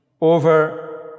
over